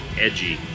edgy